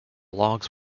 logs